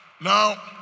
Now